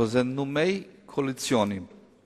אחרי שלוש פעמים יש לך חזקה.